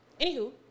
Anywho